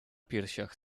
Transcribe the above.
piersiach